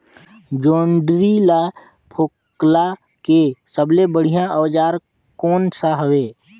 जोंदरी ला फोकला के सबले बढ़िया औजार कोन सा हवे?